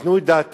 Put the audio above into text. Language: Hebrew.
ייתנו את דעתם,